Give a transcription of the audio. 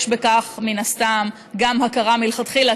יש בכך מן הסתם גם הכרה מלכתחילה,